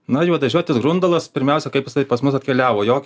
na juodažiotis grundalas pirmiausia kaip jisai pas mus atkeliavo jo